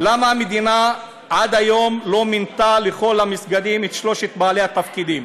למה המדינה עד היום לא מינתה לכל המסגדים את שלושת בעלי התפקידים?